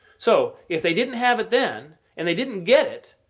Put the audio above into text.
so if they didn't have it then and they didn't get it,